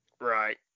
Right